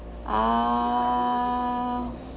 uh